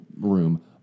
room